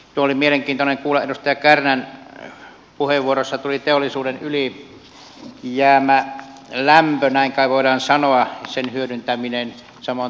oli mielenkiintoinen kuulla kun edustaja kärnän puheenvuorossa tuli teollisuuden ylijäämälämmön näin kai voi sanoa hyödyntäminen samoin tämän hevosenlannan